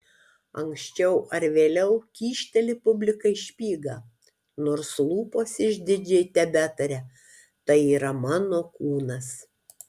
anksčiau ar vėliau kyšteli publikai špygą nors lūpos išdidžiai tebetaria tai yra mano kūnas